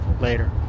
Later